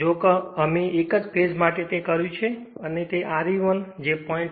જો કે અમે એક જ ફેજ માટે તે કર્યું છે અને R e 1 જે 0